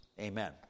Amen